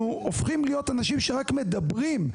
אנחנו הופכים להיות אנשים שרק מדברים,